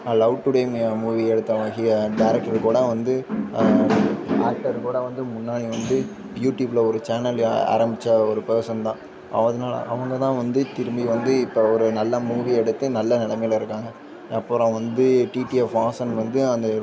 love today movie எடுத்தவனை he director கூட வந்து ஆக்டர் கூட வந்து முன்னாடி வந்து யூடியூப்பில் ஒரு சேனலு ஆரம்பித்து ஒரு பர்சன் தான் அதனால அவங்க தான் வந்து திரும்பி வந்து இப்போ ஒரு நல்ல மூவி எடுத்து நல்ல நிலமைல இருக்காங்க அப்புறம் வந்து டிடிஎஃப் வாசன் வந்து அந்த